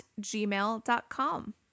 gmail.com